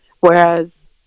whereas